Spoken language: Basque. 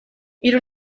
hiru